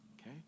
okay